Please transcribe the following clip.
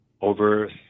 over